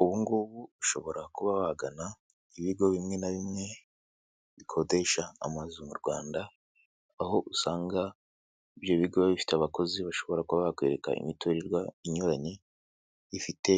Ubu ngubu ushobora kuba wagana ibigo bimwe na bimwe bikodesha amazu mu rwanda aho usanga ibyo bigo biba bifite abakozi bashobora kuba bakwereka imiturirwa inyuranye ifite